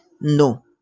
No